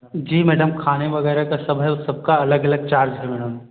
जी madam खाने वगैरह का सब है और सबका अलग अलग चार्ज है मैडम